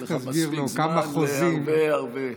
יהיה לך מספיק זמן להרבה הרבה.